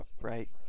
right